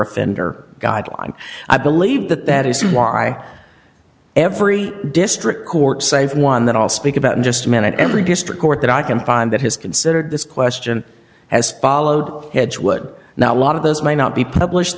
offender guideline i believe that that is why every district court save one that i'll speak about in just a minute every district court that i can find that has considered this question has followed heads would now a lot of us may not be published